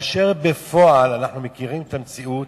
בפועל אנחנו מכירים את המציאות: